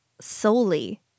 solely